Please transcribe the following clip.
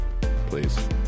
Please